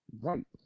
Right